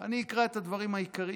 אני אקרא את הדברים העיקריים,